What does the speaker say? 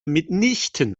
mitnichten